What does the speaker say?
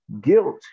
Guilt